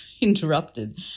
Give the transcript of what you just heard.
interrupted